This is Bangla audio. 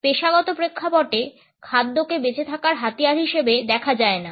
পেশাগত প্রেক্ষাপটে খাদ্যকে বেঁচে থাকার হাতিয়ার হিসেবে দেখা যায় না